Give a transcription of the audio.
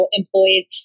employees